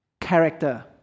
character